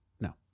No